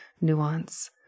nuance